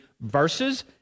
verses